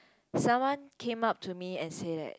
someone came up to me and said that